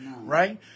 Right